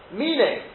meaning